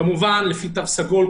כמובן לפי תו סגול,